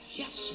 yes